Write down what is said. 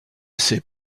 sait